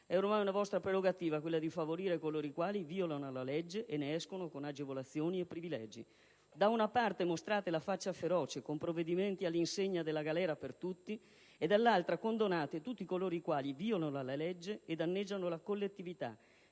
È ormai una vostra prerogativa quella di favorire coloro i quali violano la legge e ne escono con agevolazioni e privilegi. Da una parte mostrate la faccia feroce, con provvedimenti all'insegna della galera per tutti, e dall'altra condonate tutti coloro i quali violano la legge e danneggiano la collettività,